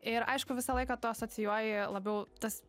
ir aišku visą laiką tu asocijuoji labiau tas